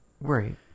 right